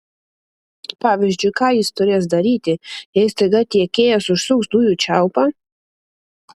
pavyzdžiui ką jis turės daryti jei staiga tiekėjas užsuks dujų čiaupą